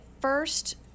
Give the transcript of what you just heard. first